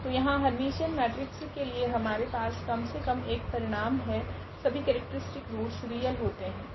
तो यहाँ Hermitian matrix के लिए हमारे पास कम से कम एक परिणाम है की सभी केरेक्ट्रीस्टिक रूट्स रियल होते है